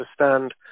understand